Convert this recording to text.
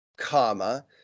comma